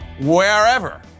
wherever